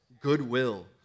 goodwill